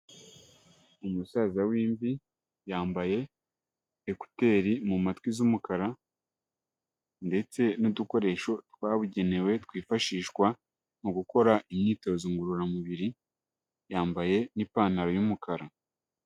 Umusaza w'imvi yambaye ekuteri mu matwi z'umukara ndetse n'udukoresho twabugenewe twifashishwa mu gukora imyitozo ngororamubiri, yambaye n'ipantaro y'umukara.